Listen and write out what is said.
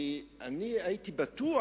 כי הייתי בטוח,